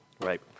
Right